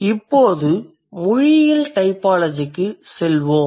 இப்போது மொழியியல் டைபாலஜிக்குச் செல்வோம்